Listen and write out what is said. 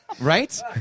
Right